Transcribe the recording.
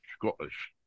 Scottish